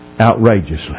outrageously